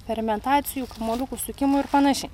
fermentacijų kamuoliukų sukimų ir panašiai